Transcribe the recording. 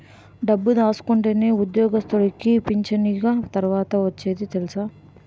డబ్బు దాసుకుంటేనే ఉద్యోగస్తుడికి పింఛనిగ తర్వాత ఒచ్చేది తెలుసా